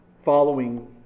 following